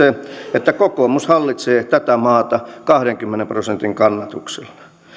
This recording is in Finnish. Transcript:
että kokoomus hallitsee tätä maata kahdenkymmenen prosentin kannatuksella